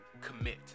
commit